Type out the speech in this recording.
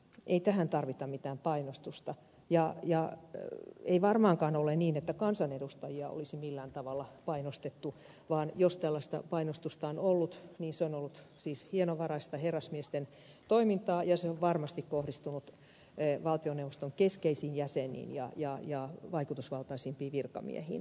ei tähän tarvita mitään painostusta ja ei varmaankaan ole niin että kansanedustajia olisi millään tavalla painostettu vaan jos tällaista painostusta on ollut niin se on ollut siis hienovaraista herrasmiesten toimintaa ja se on varmasti kohdistunut valtioneuvoston keskeisiin jäseniin ja vaikutusvaltaisimpiin virkamiehiin